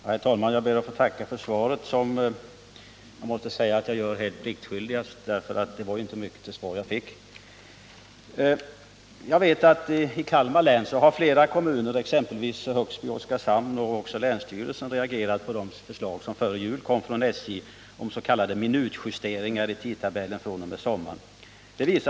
Herr talman! Jag ber att få tacka för svaret på min fråga. Jag måste säga att jag gör det pliktskyldigast, eftersom det inte var mycket till svar som jag fick. I Kalmar län har flera kommuner, exempelvis Högsby och Oskarshamn, liksom också länsstyrelsen reagerat mot de förslag som före jul framfördes från SJ avseende s.k. minutjusteringar i tidtabellen fr.o.m. sommaren 1979.